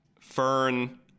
Fern